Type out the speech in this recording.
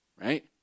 right